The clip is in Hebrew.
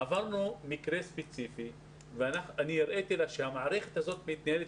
עברנו מקרה ספציפי ואני הראיתי לה שהמערכת הזאת מתנהלת